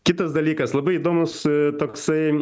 kitas dalykas labai įdomus toksai